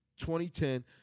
2010